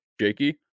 Jakey